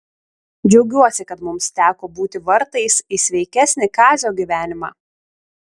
džiaugiuosi kad mums teko būti vartais į sveikesnį kazio gyvenimą